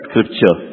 Scripture